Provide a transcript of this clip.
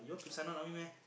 you want to sign on army meh